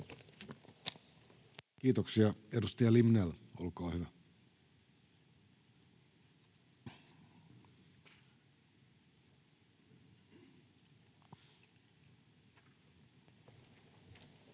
Kiitoksia. — Edustaja Limnell, olkaa hyvä. [Speech